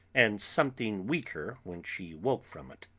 and something weaker when she woke from it.